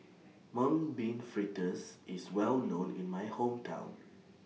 Mung Bean Fritters IS Well known in My Hometown